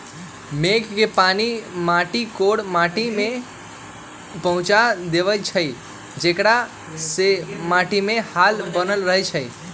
मेघ के पानी माटी कोर माटि में पहुँचा देइछइ जेकरा से माटीमे हाल बनल रहै छइ